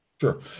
Sure